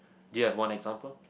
do you have one example